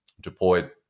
deployed